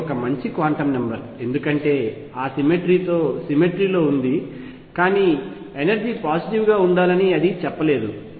ఇది ఒక మంచి క్వాంటం నెంబర్ ఎందుకంటే ఆ సిమెట్రీ తో సిమెట్రీ లో ఉంది కానీ ఎనర్జీ పాజిటివ్ గా ఉండాలని అది చెప్పలేదు